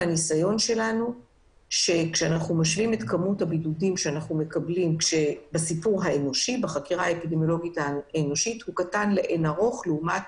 ראינו שכמות הבידודים כתוצאה ממידע מהאדם קטנה לאין ערוך מכמות